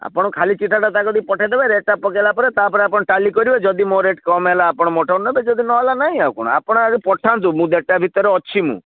ଆପଣ ଖାଲି ଚିଠାଟା ତା କତିକୁ ପଠାଇଦେବେ ରେଟ୍ଟା ପକାଇଲା ପରେ ତାପରେ ଆପଣ ଟାଲି କରିବେ ଯଦି ମୋ ରେଟ୍ କମ୍ ହେଲା ଆପଣ ମୋଠାରୁ ନେବେ ଯଦି ନହେଲା ନାହିଁ ଆଉ କ'ଣ ଆପଣ ଆଗେ ପଠାନ୍ତୁ ମୁଁ ଦେଢ଼ଟା ଭିତରେ ଅଛି ମୁଁ